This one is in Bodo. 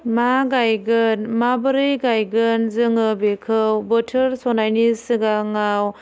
मा गायगोन माबोरै गायगोन जोङो बेखौ बोथोर सनायनि सिगाङाव